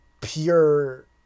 pure